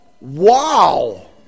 Wow